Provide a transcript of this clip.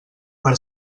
per